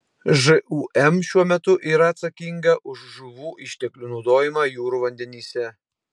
žūm šiuo metu yra atsakinga už žuvų išteklių naudojimą jūrų vandenyse